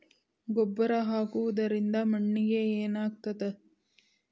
ಗೊಬ್ಬರ ಹಾಕುವುದರಿಂದ ಮಣ್ಣಿಗೆ ಏನಾಗ್ತದ?